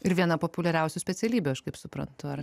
ir viena populiariausių specialybių aš kaip suprantu ar